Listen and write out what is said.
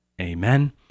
Amen